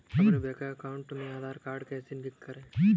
अपने bank account में Aadhaar card कैसे लिंक करें?